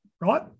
right